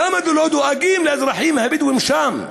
למה לא דואגים לאזרחים הבדואים שם,